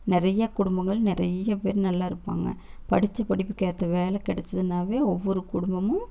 நிறைய குடும்பங்கள் நிறைய பேர் நல்லாயிருப்பாங்க படித்த படிப்புக்கேற்ற வேலை கிடைச்சிதுன்னாவே ஒவ்வொரு குடும்பமும்